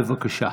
בבקשה.